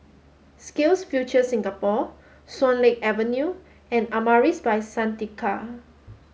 SkillsFuture Singapore Swan Lake Avenue and Amaris By Santika